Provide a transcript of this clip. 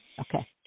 Okay